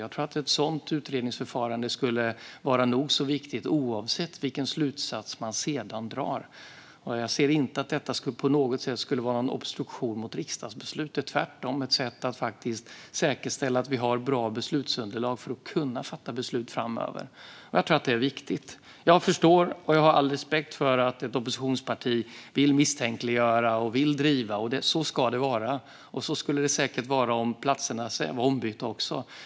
Jag tror att ett sådant utredningsförfarande skulle vara nog så viktigt oavsett vilken slutsats man sedan drar. Jag ser inte att detta på något sätt skulle vara en obstruktion mot riksdagsbeslutet. Det vore tvärtom ett sätt att faktiskt säkerställa att vi har bra beslutsunderlag för att kunna fatta beslut framöver. Jag tror att det är viktigt. Jag förstår och har all respekt för att ett oppositionsparti vill misstänkliggöra och driva på. Så ska det vara, och så skulle det säkert vara om platserna var ombytta också.